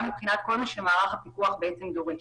גם מבחינת כל מה שמערך הפיקוח דורש.